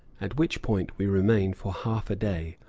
at which point we remain for half a day,